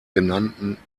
genannten